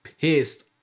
pissed